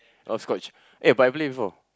hopscotch eh but I play before